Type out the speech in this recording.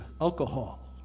alcohol